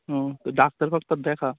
হুম তো ডাক্তার ফাক্তার দেখা